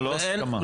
לא הסכמה.